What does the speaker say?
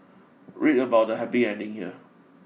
read about the happy ending here